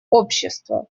общества